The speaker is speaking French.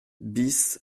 bis